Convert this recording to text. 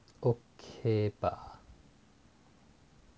okay 吧